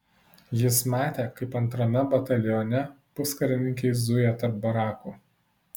jis matė kaip antrame batalione puskarininkiai zuja tarp barakų